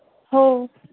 हो